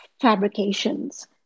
fabrications